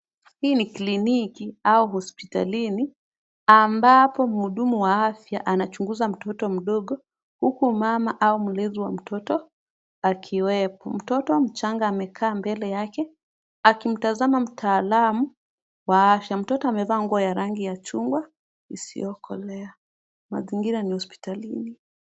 Hii ni kliniki au hospitalini ambapo mhudumu wa afya anachunguza mtoto mdogo huku mama au mlezi wa mtoto akiwepo. Mtoto mchanga amekaa mbele yake akimtazama mtaalamu wa afya. Mtoto amevaa nguo ya rangi ya chungwa isiyokolea. Mazingira ni hospitalini.